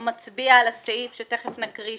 מרגע שאתה מצביע על הסעיף שתכף נקריא,